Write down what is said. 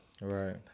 Right